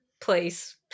place